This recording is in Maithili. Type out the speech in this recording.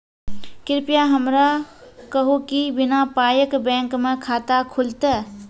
कृपया हमरा कहू कि बिना पायक बैंक मे खाता खुलतै?